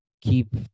keep